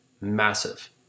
Massive